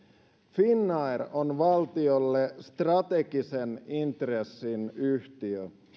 finnair on valtiolle strategisen intressin yhtiö